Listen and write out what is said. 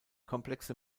komplexe